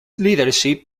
leadership